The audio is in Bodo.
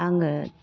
आङो